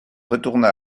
retourna